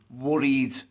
worried